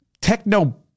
techno-